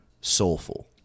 soulful